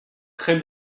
très